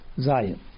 Zion